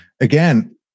again